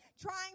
trying